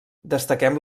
destaquem